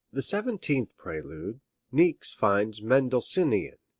the seventeenth prelude niecks finds mendelssohn-ian.